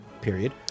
period